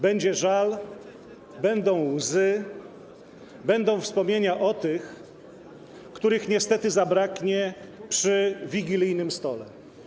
Będzie żal, będą łzy, będą wspomnienia o tych, których niestety zabraknie przy wigilijnym stole.